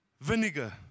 vinegar